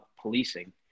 policing